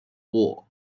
war